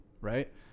right